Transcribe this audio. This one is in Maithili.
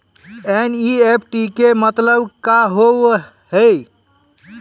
एन.ई.एफ.टी के मतलब का होव हेय?